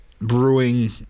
brewing